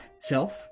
Self